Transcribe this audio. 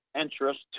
interest